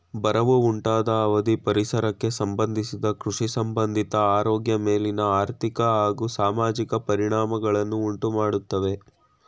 ಬರವು ಉಂಟಾದ ಅವಧಿ ಪರಿಸರಕ್ಕೆ ಸಂಬಂಧಿಸಿದ ಕೃಷಿಸಂಬಂಧಿತ ಆರೋಗ್ಯ ಮೇಲಿನ ಆರ್ಥಿಕ ಹಾಗೂ ಸಾಮಾಜಿಕ ಪರಿಣಾಮಗಳನ್ನು ಉಂಟುಮಾಡ್ತವೆ